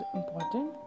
important